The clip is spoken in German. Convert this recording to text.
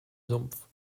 sumpf